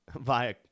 via